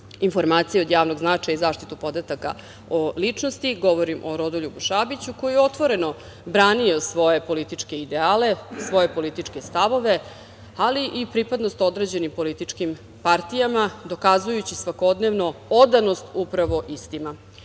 informacije od javnog značaja i zaštitu podataka o ličnosti, govorim o Rodoljubu Šabiću, koji je otvoreno branio svoje političke ideale, svoje političke stavove, ali i pripadnost određenim političkim partijama dokazujući svakodnevno odanost upravo istima. To